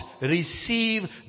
receive